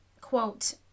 quote